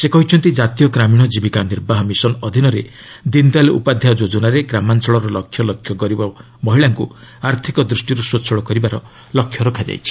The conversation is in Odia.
ସେ କହିଛନ୍ତି ଜାତୀୟ ଗ୍ରାମୀଣ ଜୀବିକା ନିର୍ବାହ ମିଶନ୍ ଅଧୀନରେ ଦିନ୍ ଦୟାଲ୍ ଉପାଧ୍ୟାୟ ଯୋଜନାରେ ଗ୍ରାମାଞ୍ଚଳର ଲକ୍ଷ ଲକ୍ଷ ଗରିବ ମହିଳାଙ୍କ ଆର୍ଥିକ ଦୃଷ୍ଟିର୍ ସ୍ୱଚ୍ଚଳ କରିବାର ଲକ୍ଷ୍ୟ ରହିଛି